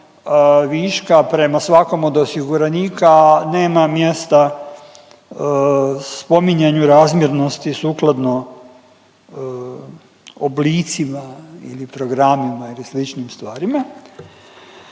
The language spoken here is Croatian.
viška prema svakom od osiguranika nema mjesta spominjanju razmjernosti sukladno oblicima ili programima ili sličnim stvarima.